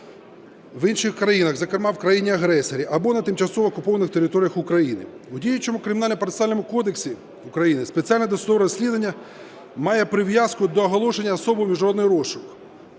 в інших країнах, зокрема в країні-агресорі, або на тимчасово окупованих територіях України. В діючому Кримінально-процесуальному кодексі України спеціальне досудове розслідування має прив'язку до оголошення особою в міжнародний розшук,